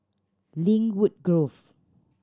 Lynwood Grove